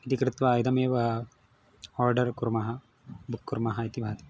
इति कृत्वा इदमेव आर्डर् कुर्मः बुक् कुर्मः इति भाति